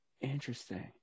Interesting